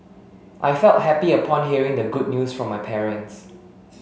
I felt happy upon hearing the good news from my parents